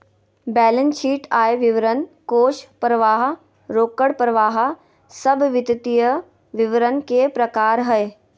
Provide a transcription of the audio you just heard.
balance sheet, आय विवरण, कोष परवाह, रोकड़ परवाह सब वित्तीय विवरण के प्रकार हय